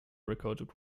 recorded